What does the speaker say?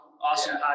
Awesome